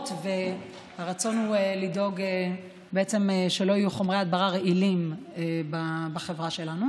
והרצון הוא לדאוג בעצם שלא יהיו חומרי הדברה רעילים בחברה שלנו.